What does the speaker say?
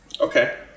Okay